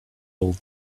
old